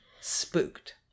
spooked